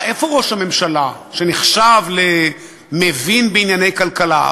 איפה ראש הממשלה, שנחשב למבין בענייני כלכלה?